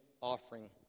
offering